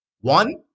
One